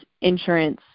insurance